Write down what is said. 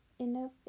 enough